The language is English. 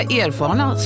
erfarna